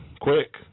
quick